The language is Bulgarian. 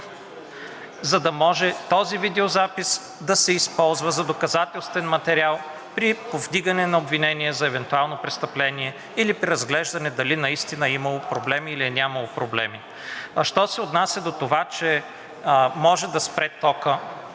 за да може този видеозапис да се използва за доказателствен материал при повдигане на обвинение за евентуално престъпление или преразглеждане – дали наистина е имало проблеми, или е нямало проблеми. Що се отнася до това, че може да спре токът